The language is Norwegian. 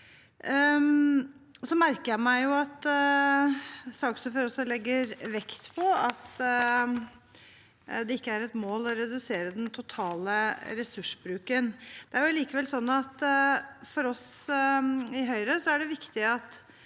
vekt på at det ikke er et mål å redusere den totale ressursbruken. For oss i Høyre er det viktig at